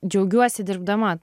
džiaugiuosi dirbdama